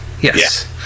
Yes